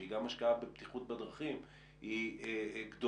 שהיא גם השקעה בבטיחות בדרכים,